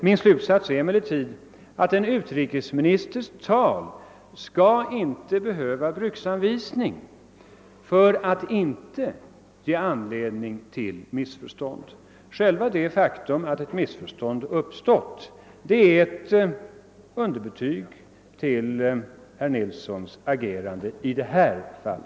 Min slutsats är emellertid att en utrikesministers tal inte skall behöva bruksanvisning för att inte ge upphov till missförstånd. Själva det faktum att ett missför stånd uppstått är ett underbetyg till herr Nilssons agerande i detta fall.